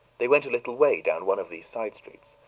they went a little way down one of these side streets,